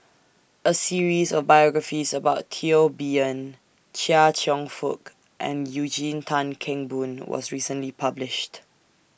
A series of biographies about Teo Bee Yen Chia Cheong Fook and Eugene Tan Kheng Boon was recently published